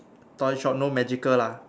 toy shop no magical lah